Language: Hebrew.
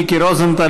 מיקי רוזנטל,